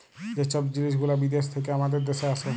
যে ছব জিলিস গুলা বিদ্যাস থ্যাইকে আমাদের দ্যাশে আসে